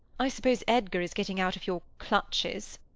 i suppose edgar is getting out of your clutches.